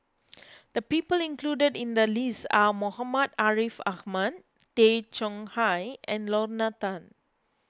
the people included in the list are Muhammad Ariff Ahmad Tay Chong Hai and Lorna Tan